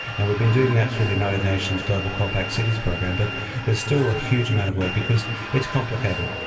and we've been doing that through the united nations global compact cities program, but there's still a huge amount of work, because it's complicated.